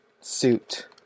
suit